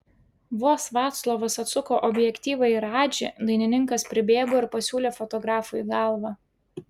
vos vaclovas atsuko objektyvą į radžį dainininkas pribėgo ir pasiūlė fotografui į galvą